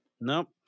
Nope